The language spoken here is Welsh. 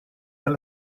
fel